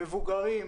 מבוגרים,